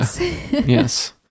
Yes